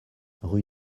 rue